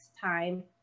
time